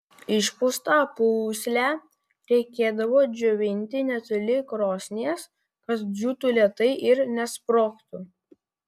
išpūstą pūslę reikėdavo džiovinti netoli krosnies kad džiūtų lėtai ir nesprogtų